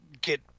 get